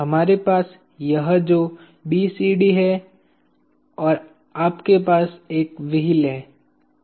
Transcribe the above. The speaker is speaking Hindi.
हमारे पास यह जो BCD है और आपके पास एक व्हील है